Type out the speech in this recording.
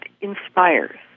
inspires